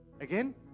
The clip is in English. Again